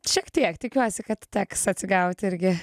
šiek tiek tikiuosi kad teks atsigaut irgi